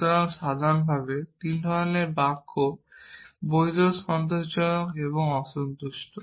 সুতরাং সাধারণভাবে তিন ধরণের বাক্য বৈধ সন্তোষজনক এবং অসন্তুষ্ট